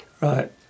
Right